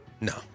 No